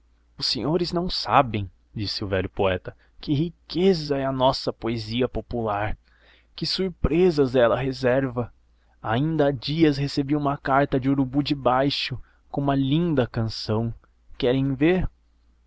os senhores não sabem disse o velho poeta que riqueza é a nossa poesia popular que surpresas ela reserva ainda há dias recebi uma carta de urubu de baixo com uma linda canção querem ver